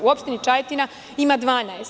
U opštini Čajetina ima 12.